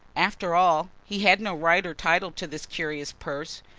after all, he had no right or title to this curious purse.